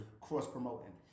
cross-promoting